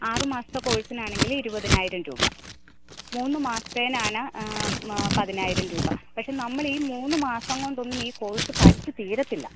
ആറ് മാസത്തെ കോഴ്സിനാണെങ്കിൽ ഇരുപതിനായിരം രൂപ മൂന്ന് മാസത്തേതിനാണ് പതിനായിരം രൂപ പക്ഷേ നമ്മൾ ഈ മൂന്ന് മാസം കൊണ്ടൊന്നും ഈ കോഴ്സ് പഠിച്ച് തീരത്തില്ല